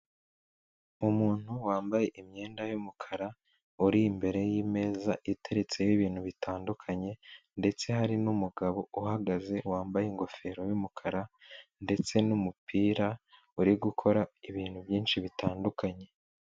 Umuntu wambaye imyenda y'umukara, uri imbere y'imeza iteretseho ibintu bitandukanye ndetse hari n'umugabo uhagaze, wambaye ingofero y'umukara ndetse n'umupira, uri gukora ibintu byinshi bitandukanye.